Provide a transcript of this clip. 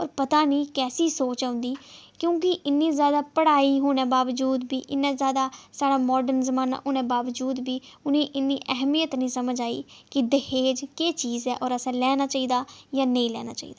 और पता नेईं कैसी सोच ऐ उं'दी क्योंकि इन्नी जैदा पढ़ाई होने दे बावजूद बी इन्ना जैदा साढ़ा मार्डन जमाना होने दे बावजूद बी उ'नें गी इन्नी अहमियत नेईं समझ नेईं आई कि दाज केह् चीज ऐ और असें लैना चाहिदा जां नेईं लैना चाहिदा